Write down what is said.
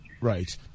Right